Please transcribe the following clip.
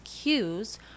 cues